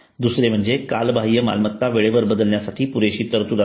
दुसरे म्हणजे कालबाह्य मालमत्ता वेळेवर बदलण्यासाठी पुरेशी तरतूद असावी